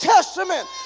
Testament